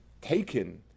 taken